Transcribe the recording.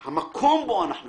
המקום בו אנחנו יושבים,